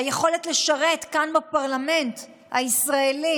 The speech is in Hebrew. היכולת לשרת כאן בפרלמנט הישראלי,